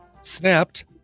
snapped